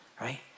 right